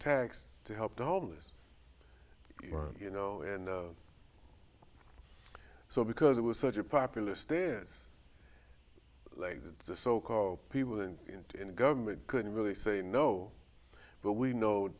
tax to help the homeless you know and so because it was such a popular stance like that the so called people in government couldn't really say no but we know